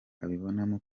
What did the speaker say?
abibonamo